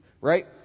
Right